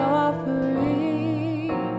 offering